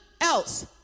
else